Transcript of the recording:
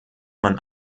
man